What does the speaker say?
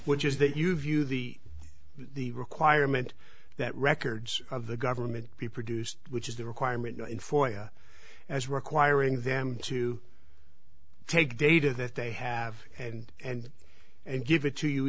which is that you view the the requirement that records of the government be produced which is the requirement for you as requiring them to take data that they have and and and give it to you